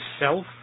self